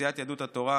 סיעת יהדות התורה,